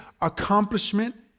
accomplishment